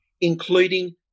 including